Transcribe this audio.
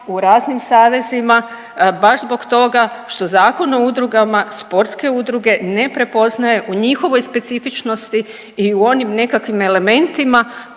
u raznim savezima baš zbog toga što Zakon o udrugama sportske udruge ne prepoznaje u njihovoj specifičnosti i u onim nekakvim elementima